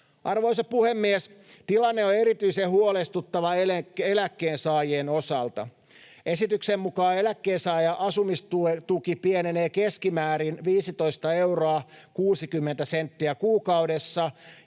Arvoisa puhemies! Tilanne on erityisen huolestuttava eläkkeensaajien osalta. Esityksen mukaan eläkkeensaajan asumistuki pienenee keskimäärin 15 euroa 60 senttiä kuukaudessa